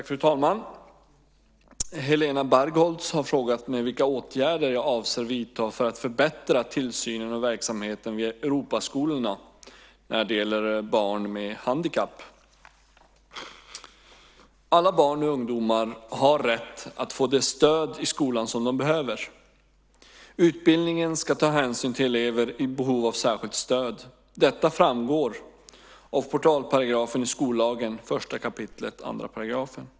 Fru talman! Helena Bargholtz har frågat mig vilka åtgärder jag avser att vidta för att förbättra tillsynen av verksamheten vid Europaskolorna när det gäller barn med handikapp. Alla barn och ungdomar har rätt att få det stöd i skolan som de behöver. Utbildningen ska ta hänsyn till elever i behov av särskilt stöd. Detta framgår av portalparagrafen i skollagen .